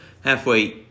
halfway